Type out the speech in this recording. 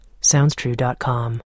SoundsTrue.com